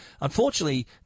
Unfortunately